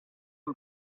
hem